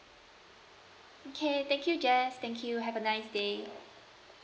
K thank you jess thank you have a nice day